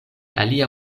alia